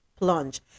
plunge